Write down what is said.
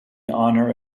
honor